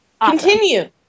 Continue